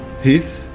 Heath